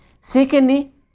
Secondly